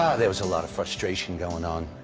ah there was a lot of frustration going on,